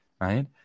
right